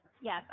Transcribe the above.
yes